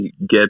get